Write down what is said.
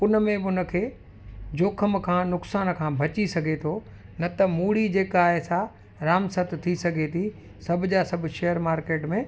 उन में बि उन खे जोख़िम खां नुक़सान खां बची सघे थो न त मूड़ ई जेका आहे सां राम सत थी सघे थी सभ जा सभु शेयर मार्केट में